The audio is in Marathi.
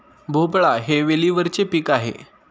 भोपळा हे वेलीवरचे पीक आहे